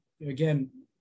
again